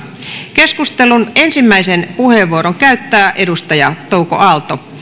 keskustelun ensimmäisen puheenvuoron käyttää edustaja touko aalto